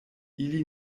ili